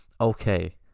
Okay